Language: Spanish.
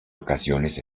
ocasiones